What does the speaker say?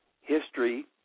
History